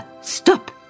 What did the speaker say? stop